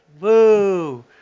Woo